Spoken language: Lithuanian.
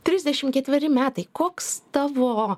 trisdešimt ketveri metai koks tavo